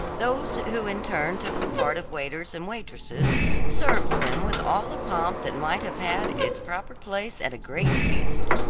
those who in turn took the part of waiters and waitresses served them with all the pomp that might have had its proper place at a great feast.